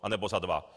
Anebo za dva.